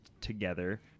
together